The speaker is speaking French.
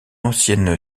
ancienne